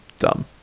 dumb